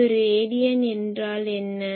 ஒரு ரேடியன் என்றால் என்ன